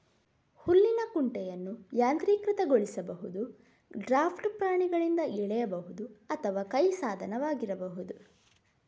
ಹುಲ್ಲಿನ ಕುಂಟೆಯನ್ನು ಯಾಂತ್ರೀಕೃತಗೊಳಿಸಬಹುದು, ಡ್ರಾಫ್ಟ್ ಪ್ರಾಣಿಗಳಿಂದ ಎಳೆಯಬಹುದು ಅಥವಾ ಕೈ ಸಾಧನವಾಗಿರಬಹುದು